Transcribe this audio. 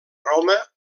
roma